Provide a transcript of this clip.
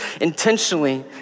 intentionally